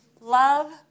Love